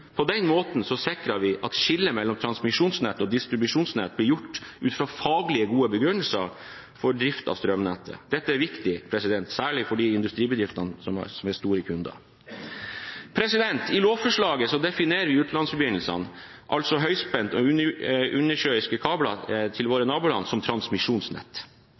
På den måten sikrer vi at skillet mellom transmisjonsnett og distribusjonsnett blir gjort ut fra faglig gode begrunnelser for drift av strømnettet. Dette er viktig, særlig for de industribedriftene som er store kunder. I lovforslaget defineres utenlandsforbindelser, altså høyspente undersjøiske kabler til våre naboland, som transmisjonsnett.